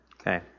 Okay